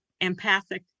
empathic